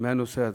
מהנושא הזה.